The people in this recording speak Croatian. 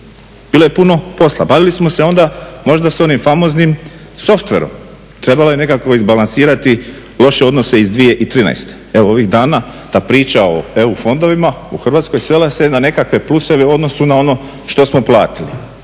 Bilo je puno posla, bavili smo se onda možda s onim famoznim softverom, trebalo je nekako izbalansirati loše odnose iz 2013. Evo ovih dana ta priča o EU fondovima u Hrvatskoj svela se na nekakve pluseve u odnosu na ono što smo platili